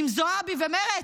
עם זועבי ומרצ?